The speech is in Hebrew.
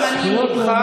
גם אני ממך,